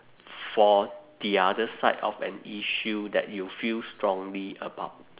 for the other side of an issue that you feel strongly about